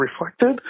reflected